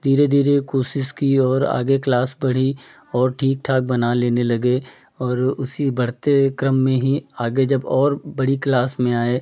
धीरे धीरे कोशिश की और आगे क्लास बढ़ी और ठीक ठाक बना लेने लगे और उसी बढ़ते क्रम में ही आगे जब और बड़ी क्लास में आए